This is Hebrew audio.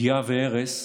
פגיעה והרס,